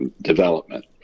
development